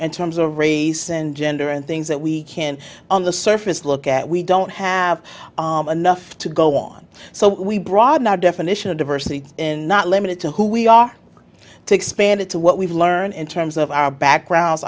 and terms of race and gender and things that we can on the surface look at we don't have enough to go on so we broaden our definition of diversity in not limited to who we are take span and to what we've learned in terms of our backgrounds